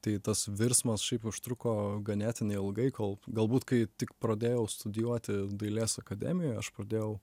tai tas virsmas šiaip užtruko ganėtinai ilgai kol galbūt kai tik pradėjau studijuoti dailės akademijoj aš pradėjau